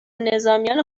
نظامیان